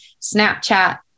Snapchat